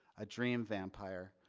a dream vampire,